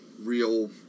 real